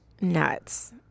nuts